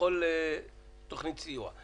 ובכל תכנית סיוע.